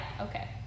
Okay